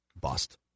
bust